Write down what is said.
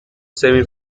semi